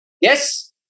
Yes